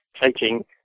taking